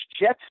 Jets